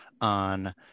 on